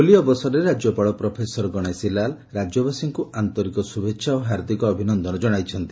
ହୋଲି ଅବସରରେ ରାଜ୍ୟପାଳ ପ୍ରଫେସର ଗଶେଶୀ ଲାଲ ରାକ୍ୟବାସୀଙ୍କୁ ଆନ୍ତରିକ ଶୁଭେଛା ଓ ହାର୍ଦ୍ଦିକ ଅଭିନନ୍ଦନ ଜଣାଇଛନ୍ତି